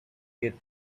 get